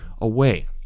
away